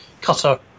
Cutter